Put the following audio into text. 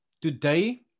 today